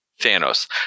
Thanos